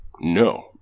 No